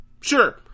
Sure